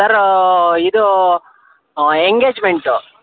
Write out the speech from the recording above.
sir ಇದು engagement